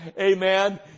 Amen